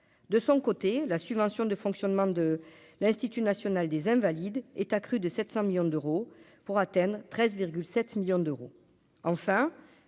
de son côté, la subvention de fonctionnement de l'Institut National des invalides est accru de 700 millions d'euros pour Athènes 13 7 millions d'euros,